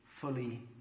fully